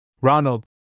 Ronald